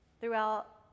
throughout